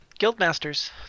Guildmasters